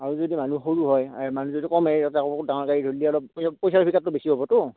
আৰু যদি মানুহ সৰু হয় মানুহ যদি কমে তেতিয়া আকৌ ডাঙৰ গাড়ী ধৰিলে অলপ পইচাৰ হিচাপটো বেছি হ'বতো